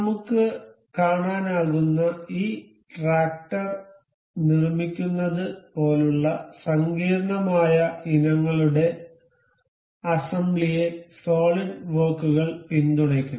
നമുക്ക് കാണാനാകുന്ന ഈ ട്രാക്ടർ നിർമ്മിക്കുന്നത് പോലുള്ള സങ്കീർണ്ണമായ ഇനങ്ങളുടെ അസംബ്ലിയെ സോളിഡ് വർക്കുകൾ പിന്തുണയ്ക്കുന്നു